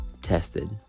tested